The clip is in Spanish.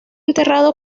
enterrado